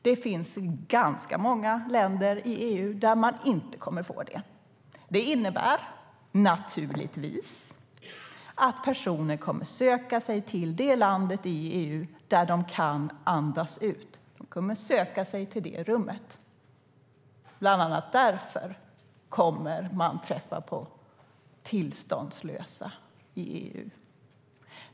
Det finns ganska många länder i EU där man inte kommer att få asyl. Det innebär naturligtvis att personer kommer att söka sig till det land i EU där de kan andas ut. De kommer att söka sig till det rummet. Bland annat därför kommer man att träffa på tillståndslösa i EU.